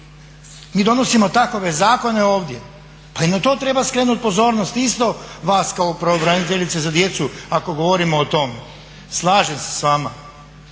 Mi donosimo takove zakone ovdje. Pa i na to treba skrenut pozornost isto vas kao pravobraniteljice za djecu ako govorimo o tome. Slažem se s vama,